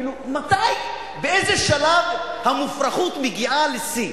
כאילו, מתי, באיזה שלב המופרכות מגיעה לשיא?